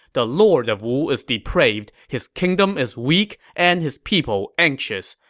the lord of wu is depraved, his kingdom is weak and his people anxious.